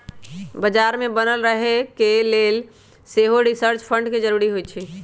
बजार में बनल रहे के लेल सेहो रिसर्च फंड के जरूरी होइ छै